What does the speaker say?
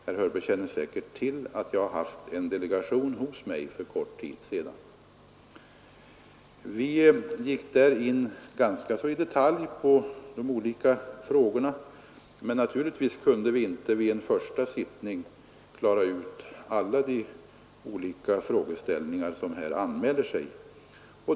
Herr Hörberg känner säkert till att det har varit en delegation hos mig för kort tid sedan. Vi gick därvid in ganska mycket i detalj på de olika frågorna. Men naturligtvis kunde vi inte vid en första sittning klara ut alla de olika frågeställningar som här anmäler sig.